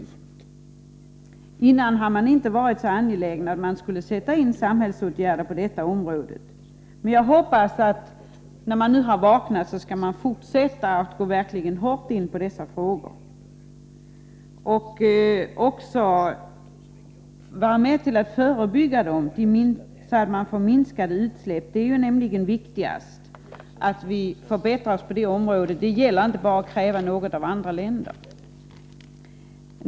Tidigare var de inte så angelägna om att man skulle sätta in samhällsåtgärder på detta område. Jag hoppas emellertid att de, när de nu har vaknat, skall aktivt hårt gå in för dessa frågor och hjälpa till med att förebygga ökade utsläpp. Det viktiga är att vi blir bättre på detta område. Det räcker inte med att bara kräva av andra länder.